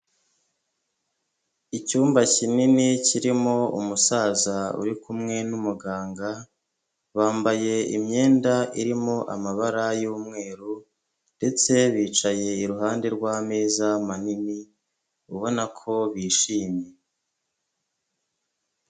Icyumba kinini kirimo umusaza uri kumwe n'umuganga, bambaye imyenda irimo amabara y'umweru ndetse bicaye iruhande rw'ameza manini, ubona ko bishimye.